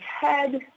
head